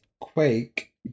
Quake